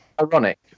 ironic